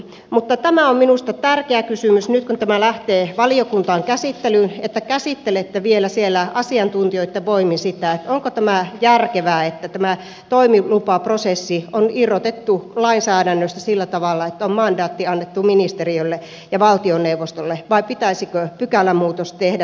mutta tämä on minusta tärkeä kysymys nyt kun tämä lähtee valiokuntaan käsittelyyn että käsittelette vielä siellä asiantuntijoitten voimin sitä onko tämä järkevää että tämä toimilupaprosessi on irrotettu lainsäädännöstä sillä tavalla että on mandaatti annettu ministeriölle ja valtioneuvostolle vai pitäisikö pykälämuutos tehdä vielä täällä